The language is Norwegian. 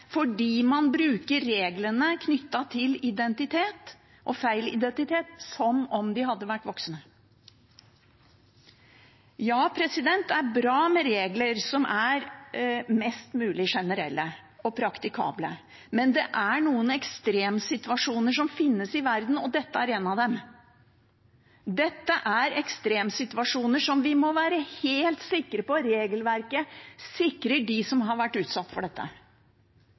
fordi man bruker reglene knyttet til identitet og feil identitet, som om de hadde vært voksne. Ja, det er bra med regler som er mest mulig generelle og praktikable, men det finnes noen ekstremsituasjoner i verden, og dette er én av dem. Dette er ekstremsituasjoner hvor vi må være helt sikre på at regelverket sikrer dem som har vært utsatt for det – for dette